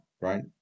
right